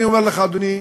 אני אומר לך, אדוני,